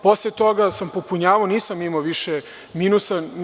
Posle toga sam popunjavao i nisam imao više minusa.